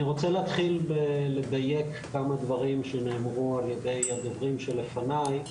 אני רוצה להתחיל בלדייק כמה דברים שנאמרו על ידי הדוברים שלפניי,